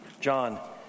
John